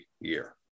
year